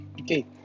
okay